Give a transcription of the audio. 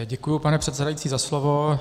Děkuji, pane předsedající, za slovo.